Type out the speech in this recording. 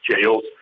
jails